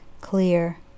clear